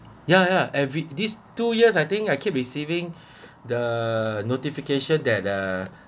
yeah yeah every these two years I think I keep receiving the notification that uh